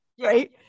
right